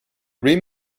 rim